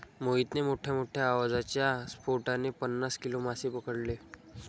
मोहितने मोठ्ठ्या आवाजाच्या स्फोटाने पन्नास किलो मासे पकडले